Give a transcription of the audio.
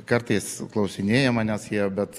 kartais klausinėja manęs jie bet